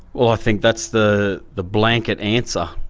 well, i think that's the the blanket answer.